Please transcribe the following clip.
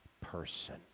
person